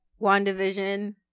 Wandavision